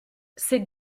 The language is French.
ces